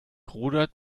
rudert